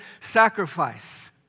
sacrifice